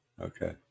Okay